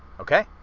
Okay